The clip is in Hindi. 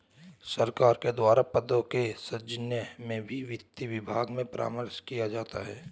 सरकार के द्वारा पदों के सृजन में भी वित्त विभाग से परामर्श किया जाता है